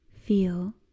feel